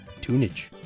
Tunage